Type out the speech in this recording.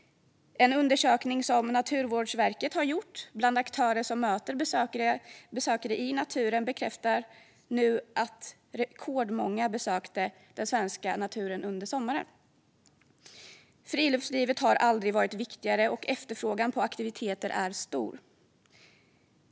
En undersökning som Naturvårdsverket har gjort bland aktörer som möter besökare i naturen bekräftar att rekordmånga besökte den svenska naturen under sommaren. Friluftslivet har aldrig varit viktigare, och efterfrågan på aktiviteter är stor.